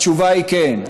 התשובה היא כן,